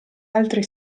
altri